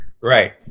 right